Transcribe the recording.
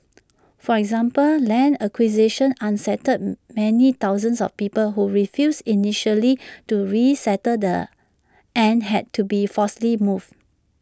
for example land acquisition unsettled many thousands of people who refused initially to resettle the and had to be forcibly moved